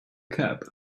cab